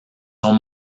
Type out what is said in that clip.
sont